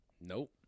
Nope